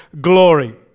glory